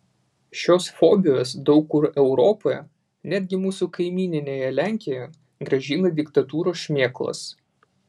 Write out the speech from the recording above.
šios fobijos daug kur europoje netgi mūsų kaimyninėje lenkijoje grąžina diktatūrų šmėklas